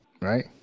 Right